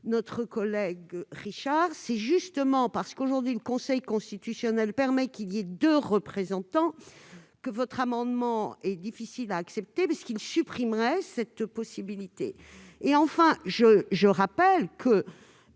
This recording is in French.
j'ajouterai que c'est justement parce que le Conseil constitutionnel permet qu'il y ait deux représentants que votre amendement est difficile à accepter : son adoption supprimerait cette possibilité ! Enfin, je rappelle que